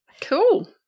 Cool